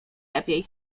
lepiej